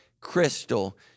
crystal